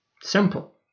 Simple